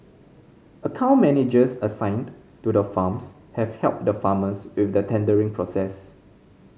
account managers assigned to the farms have helped the farmers with the tendering process